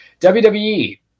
WWE